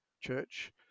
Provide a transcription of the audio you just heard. church